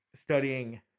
studying